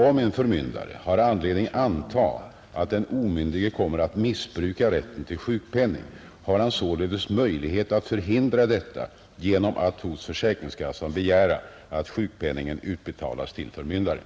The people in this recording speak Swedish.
Om en förmyndare har anledning anta att den omyndige kommar att missbruka rätten till sjukpenning, har han således möjlighet att förhindra detta genom att hos försäkringskassan begära att sjukpenningen utbetalas till förmyndaren.